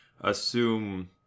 assume